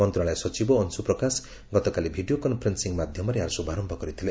ମନ୍ତ୍ରଣାଳୟ ସଚିବ ଅଂଶୁପ୍ରକାଶ ଗତକାଲି ଭିଡ଼ିଓ କନ୍ଫରେନ୍ସିଂ ମାଧ୍ୟମରେ ଏହାର ଶୁଭାରମ୍ଭ କରିଥିଲେ